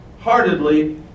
heartedly